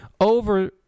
over